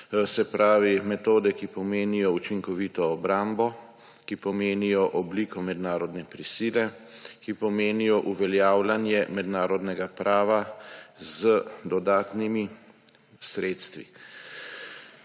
Se pravi metode, ki pomenijo učinkovito obrambo, ki pomenijo obliko mednarodne prisile, ki pomenijo uveljavljanje mednarodnega prava z dodatnimi sredstvi.